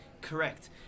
Correct